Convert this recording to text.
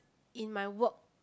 in my work